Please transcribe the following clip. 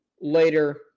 later